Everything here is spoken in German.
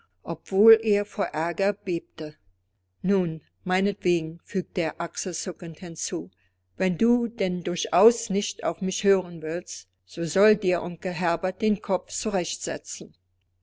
obwohl er vor aerger bebte nun meinetwegen fügte er achselzuckend hinzu wenn du denn durchaus nicht auf mich hören willst so soll dir onkel herbert den kopf zurechtsetzen